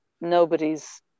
Nobody's